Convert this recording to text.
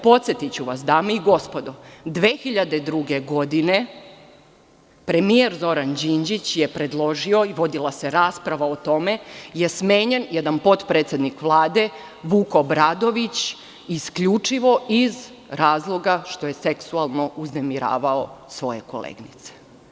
Podsetiću vas dame i gospodo, 2002. godine premijer Zoran Đinđić je predložio i vodila se rasprava o tome gde je smenjen jedan poptredsednik Vlade, Vuk Obradović, isključivo iz razloga što je seksualno uznemiravao svoje koleginice.